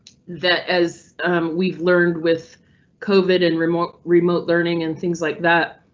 that, as we've learned with covid and remote remote learning and things like that,